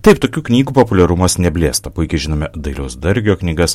taip tokių knygų populiarumas neblėsta puikiai žinome dailiaus dargio knygas